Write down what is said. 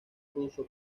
ruso